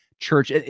church